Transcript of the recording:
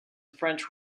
french